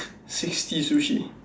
sixty sushi